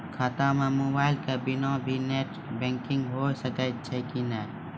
खाता म मोबाइल के बिना भी नेट बैंकिग होय सकैय छै कि नै?